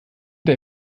der